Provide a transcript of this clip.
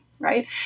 Right